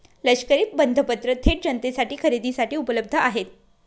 लष्करी बंधपत्र थेट जनतेसाठी खरेदीसाठी उपलब्ध आहेत